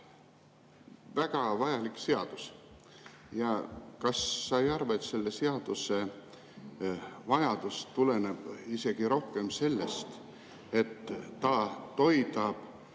Väga vajalik seadus. Kas sa ei arva, et selle seaduse vajadus tuleneb isegi rohkem sellest, et ta toidab